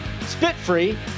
spit-free